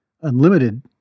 unlimited